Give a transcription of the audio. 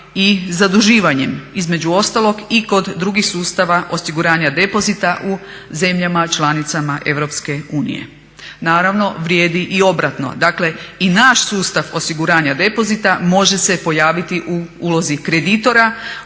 i zaduživanjem, između ostalog i kod drugih sustava osiguranja depozita u zemljama članicama Europske unije. Naravno, vrijedi i obratno, dakle i naš sustav osiguranja depozita može se pojaviti u ulozi kreditora,